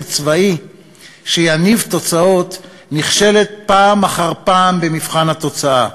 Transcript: צבאי שיניב תוצאות נכשלת פעם אחר פעם במבחן התוצאה,